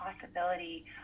possibility